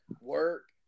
work